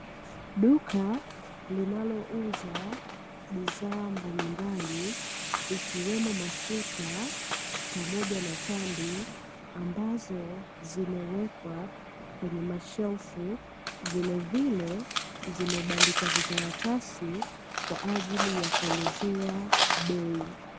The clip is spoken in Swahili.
Duka linalouza bidhaa mbalimbali, ikiwemo mafuta pamoja na tambi ambazo zimewekwa kwenye mashelfu, vilevile zimebandikwa vikaratasi kwa ajili ya kuelezea bei.